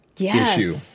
issue